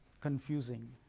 confusing